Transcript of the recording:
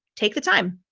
take the time.